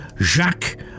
Jacques